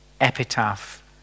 epitaph